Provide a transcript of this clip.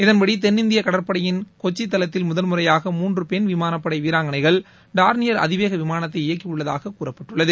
இதன்படி தென்னிந்திய கடற்படையின் கொச்சி தளத்தில் முதல்முறையாக மூன்று பென் விமானப்படை வீராங்கனைகள் டார்னியர் அதிவேக விமானத்தை இயக்கியுள்ளதாக கூறப்பட்டுள்ளது